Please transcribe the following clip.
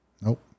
Nope